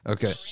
Okay